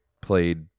played